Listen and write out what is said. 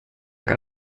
gar